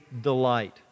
delight